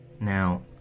Now